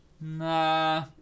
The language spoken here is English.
Nah